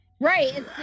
Right